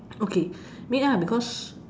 okay because